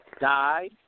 Died